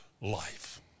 life